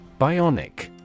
Bionic